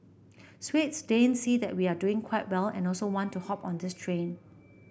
Swedes Danes see that we are doing quite well and also want to hop on this train